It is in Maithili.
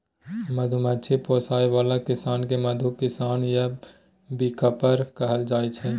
मधुमाछी पोसय बला किसान केँ मधु किसान या बीकीपर कहल जाइ छै